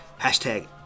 Hashtag